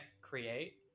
create